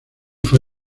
fue